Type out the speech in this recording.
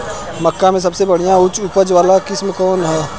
मक्का में सबसे बढ़िया उच्च उपज वाला किस्म कौन ह?